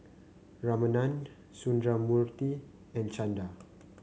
Ramanand Sundramoorthy and Chanda